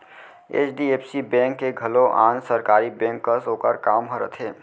HDFC bank के घलौ आन सरकारी बेंक कस ओकर काम ह रथे